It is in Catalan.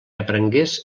aprengués